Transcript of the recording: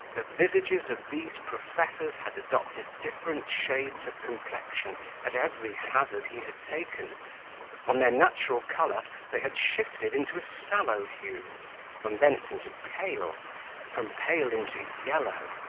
the visages of these professors had adopted different shades of complexion at every hazard he had taken from their natural colour they had shifted into a sallow hue from thence into pale from pale into yellow,